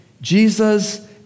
Jesus